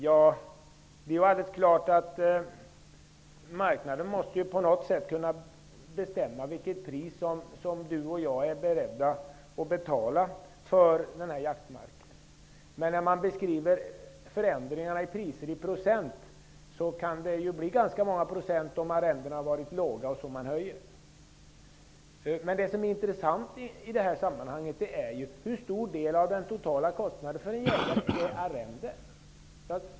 Ja, det är alldeles klart att marknaden på något sätt måste bestämma vilket pris du och jag är beredda att betala för jaktmarken. Men när man beskriver förändringarna av priser i procent kan det bli ganska många procent om arrendena som man höjer har varit låga. Det intressanta i det här sammanhanget är hur stor del av den totala kostnaden som gäller arrende.